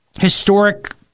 historic